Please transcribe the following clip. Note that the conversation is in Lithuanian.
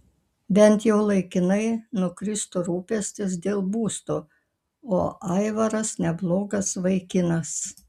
bent jau laikinai nukristų rūpestis dėl būsto o aivaras neblogas vaikinas